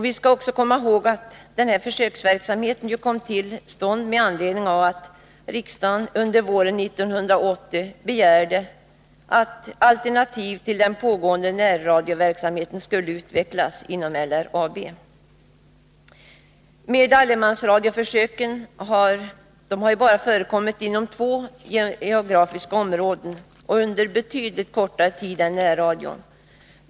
Vi skall också komma ihåg att denna försöksverksamhet ju kom till stånd med anledning av att riksdagen under våren 1980 begärde att alternativ till den pågående närradioverksamheten skulle utvecklas inom LRAB. Men allemansradioförsöken har bara förekommit inom två geografiska områden och under betydligt kortare tid än närradion.